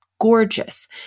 gorgeous